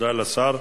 תודה לשר.